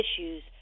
issues